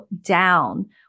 down